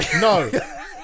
No